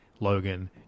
Logan